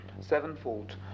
sevenfold